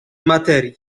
materii